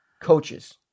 coaches